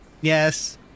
yes